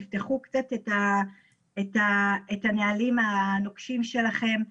תפתחו קצת את הנהלים הנוקשים שלכם.